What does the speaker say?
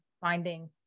finding